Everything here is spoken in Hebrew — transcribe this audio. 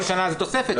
כל שנה זה תוספת,